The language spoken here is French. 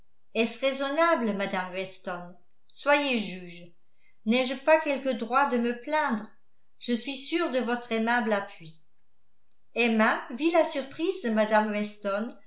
est-ce raisonnable mme weston soyez juge n'ai-je pas quelque droit de me plaindre je suis sûre de votre aimable appui emma vit la surprise de mme weston